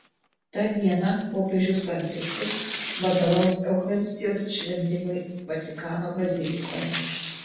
tą dieną popiežius pranciškus vadovaus eucharistijos šventimui vatikano bazilikoje